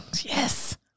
Yes